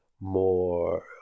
more